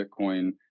Bitcoin